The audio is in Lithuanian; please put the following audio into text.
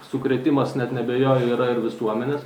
sukrėtimas net neabejoju yra ir visuomenės